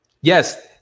Yes